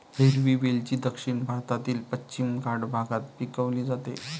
हिरवी वेलची दक्षिण भारतातील पश्चिम घाट भागात पिकवली जाते